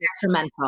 detrimental